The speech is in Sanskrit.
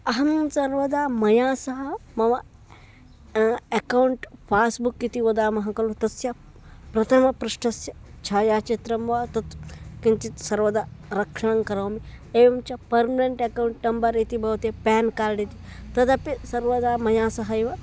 अहं सर्वदा मया सह मम अकौण्ट् पास्बुक् इति वदामः खलु तस्य प्रथमपृष्ठस्य छायाचित्रं वा तत् किञ्चित् सर्वदा रक्षणं करोमि एवं च पर्म्नण्ट् एकौण्ट् नम्बर् इति भवति प्यान् कार्ड् इति तदपि सर्वदा मया सहैव